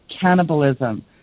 cannibalism